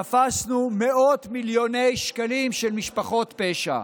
תפסנו מאות מיליוני שקלים של משפחות פשע.